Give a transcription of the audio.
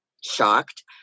shocked